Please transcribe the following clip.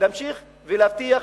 להמשיך להבטיח,